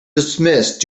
dismissed